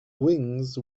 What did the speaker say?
wings